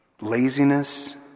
Laziness